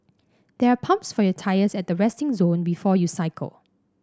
there are pumps for your tyres at the resting zone before you cycle